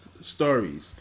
stories